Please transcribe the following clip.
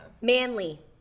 manly